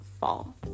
fall